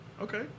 Okay